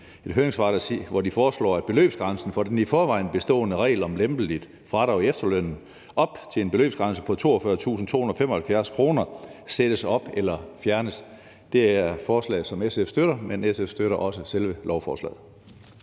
et høringssvar, hvor de foreslår, at beløbsgrænsen i den i forvejen bestående regel om lempeligt fradrag i efterlønnen op til en beløbsgrænse på 42.275 kr. sættes op eller fjernes. Det er et forslag, som SF støtter, og SF støtter også selve lovforslaget.